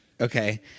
Okay